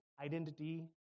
identity